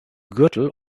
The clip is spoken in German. gürtel